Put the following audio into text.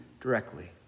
directly